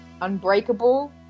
Unbreakable